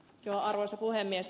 arvoisa puhemies